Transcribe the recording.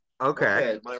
Okay